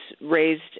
raised